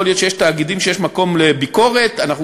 יכול להיות שיש תאגידים שיש מקום לביקורת עליהם.